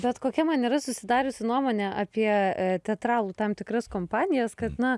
bet kokia man yra susidariusi nuomonė apie teatralų tam tikras kompanijas kad na